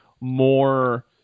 more